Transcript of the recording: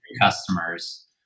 customers